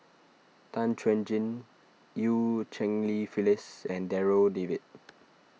Tan Chuan Jin Eu Cheng Li Phyllis and Darryl David